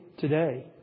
today